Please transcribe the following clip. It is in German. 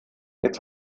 jetzt